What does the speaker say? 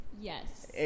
Yes